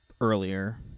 earlier